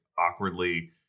awkwardly